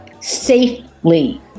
safely